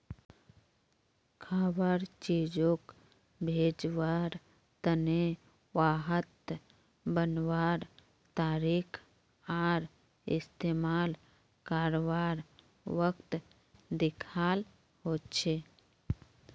खवार चीजोग भेज्वार तने वहात बनवार तारीख आर इस्तेमाल कारवार वक़्त लिखाल होचे